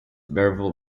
verbal